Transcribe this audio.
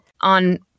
on